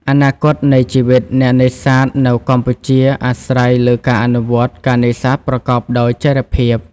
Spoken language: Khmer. អនាគតនៃជីវិតអ្នកនេសាទនៅកម្ពុជាអាស្រ័យលើការអនុវត្ត ការនេសាទប្រកបដោយចីរភាព។